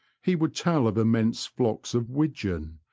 he would tell of immense flocks of widgeon,